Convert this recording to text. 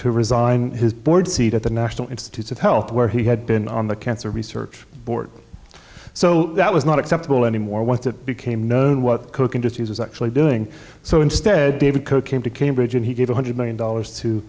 to resign his board seat at the national institutes health where he had been on the cancer research board so that was not acceptable anymore once it became known what koch industries was actually doing so instead david koch came to cambridge and he gave a hundred million dollars to